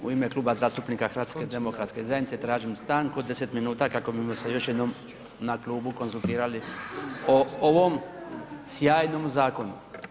U ime Kluba zastupnika HDZ-a tražim stanku 10 minuta kako bi se još jednom na klubu konzultirali o ovom sjajnom zakonu.